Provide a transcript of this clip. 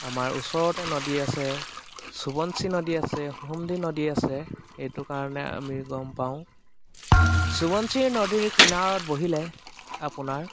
আমাৰ ওচৰতে নদী আছে সোৱনশিৰী নদী আছে সুমদি নদী আছে সেইটো কাৰণে আমি গম পাওঁ সোৱনশিৰী নদীৰ কিনাৰত বহিলে আপোনাৰ